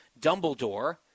Dumbledore